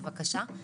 בבקשה,